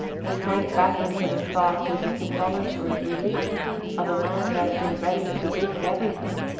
he sank back into the thought with the involuntary relief of a man who has been ready to risk everything,